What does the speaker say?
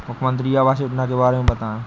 मुख्यमंत्री आवास योजना के बारे में बताए?